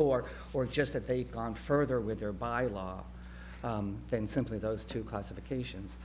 or or just that they've gone further with their by law than simply those two classifications